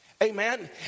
Amen